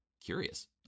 Curious